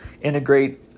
integrate